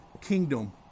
kingdom